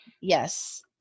Yes